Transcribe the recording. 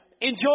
Enjoy